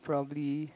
probably